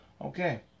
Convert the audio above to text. Okay